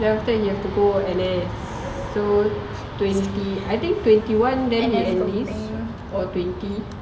then after that he have to go N_S so I think twenty one dia enlist or twenty